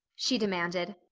she demanded.